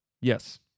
Yes